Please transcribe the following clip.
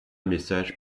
message